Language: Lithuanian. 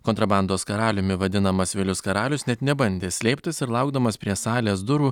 kontrabandos karaliumi vadinamas vilius karalius net nebandė slėptis ir laukdamas prie salės durų